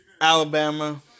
Alabama